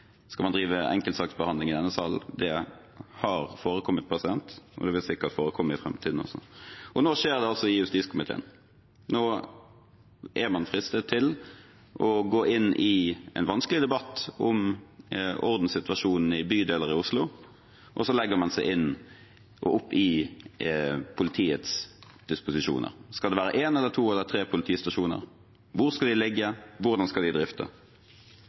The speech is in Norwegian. Skal man drive enkeltsaksbehandling i denne salen? Det har forekommet, og det vil sikkert forekomme i framtiden også. Nå skjer det altså i justiskomiteen. Man er nå fristet til å gå inn i en vanskelig debatt om ordenssituasjonen i bydeler i Oslo, og så legger man seg opp i politiets disposisjoner. Skal det være en eller to eller tre politistasjoner? Hvor skal de ligge? Hvordan skal de